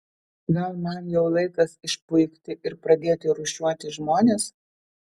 gal man jau laikas išpuikti ir pradėti rūšiuoti žmones